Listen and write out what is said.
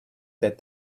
that